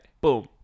Boom